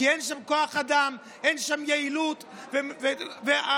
כי אין שם כוח אדם, אין שם יעילות וגם זמן.